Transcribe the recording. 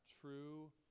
true